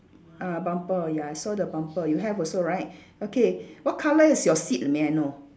ah bumper ya I saw the bumper you have also right okay what colour is your seat may I know